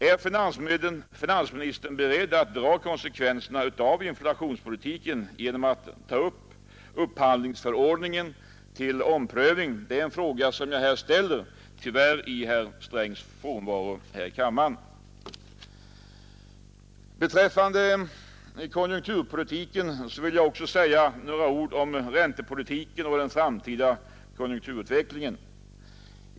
Är finansministern beredd att dra konsekvenserna av inflationspolitiken genom att ta upp upphandlingsförordningen till omprövning? Det är en fråga som jag ställer här i kammaren, tyvärr i herr Strängs frånvaro. Jag vill också säga några ord om räntepolitiken och den framtida konjunkturutvecklingen.